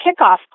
kickoff